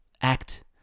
Act